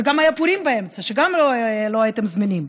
וגם היה פורים באמצע, וגם לא הייתם זמינים.